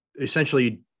essentially